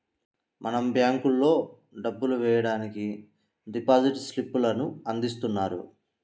మనం బ్యేంకుల్లో డబ్బులు వెయ్యడానికి డిపాజిట్ స్లిప్ లను అందిస్తున్నారు